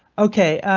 ok,